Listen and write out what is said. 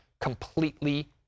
completely